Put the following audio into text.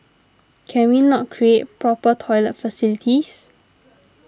can we not create proper toilet facilities